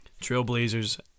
Trailblazers